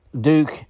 Duke